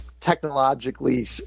technologically